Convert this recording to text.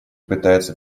пытается